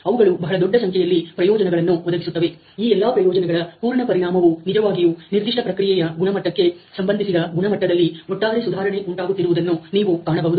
ಅವುಗಳು ಬಹಳ ದೊಡ್ಡ ಸಂಖ್ಯೆಯಲ್ಲಿ ಪ್ರಯೋಜನಗಳನ್ನು ಒದಗಿಸುತ್ತವೆ ಆ ಎಲ್ಲಾ ಪ್ರಯೋಜನಗಳ ಪೂರ್ಣ ಪರಿಣಾಮವು ನಿಜವಾಗಿಯೂ ನಿರ್ದಿಷ್ಟ ಪ್ರಕ್ರಿಯೆಯ ಗುಣಮಟ್ಟಕ್ಕೆ ಸಂಬಂಧಿಸಿದ ಗುಣಮಟ್ಟದಲ್ಲಿ ಒಟ್ಟಾರೆ ಸುಧಾರಣೆ ಉಂಟಾಗುತ್ತಿರುವುದನ್ನು ನೀವು ಕಾಣಬಹುದು